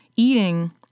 Eating